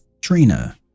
Trina